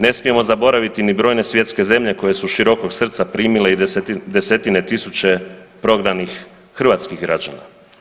Ne smijemo zaboraviti ni brojne svjetske zemlje koje su širokog srca primile i desetine tisuće prognanih hrvatskih građana.